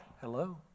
hello